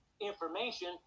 information